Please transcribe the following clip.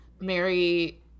Mary